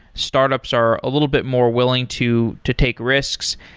startups are a little bit more willing to to take risks,